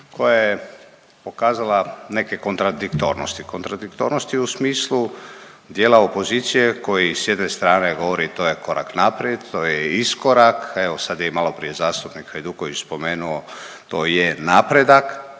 koja je pokazala neke kontradiktornosti. Kontradiktornosti u smislu dijela opozicije koji s jedne strane govori to je korak naprijed, to je iskorak. Evo, sad je i maloprije zastupnik Hajduković spomenuo, to je napredak,